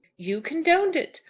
you condoned it.